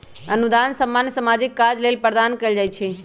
अनुदान सामान्य सामाजिक काज लेल प्रदान कएल जाइ छइ